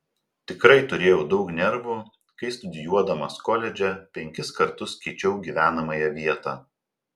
tikrai turėjau daug nervų kai studijuodamas koledže penkis kartus keičiau gyvenamąją vietą